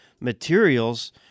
materials